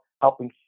helping